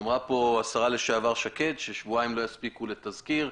אמרה פה השרה לשעבר שקד ששבועיים לא יספיקו לתזכיר.